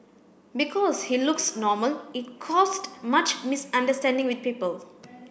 because he looks normal it caused much misunderstanding with people